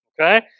okay